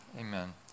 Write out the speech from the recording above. amen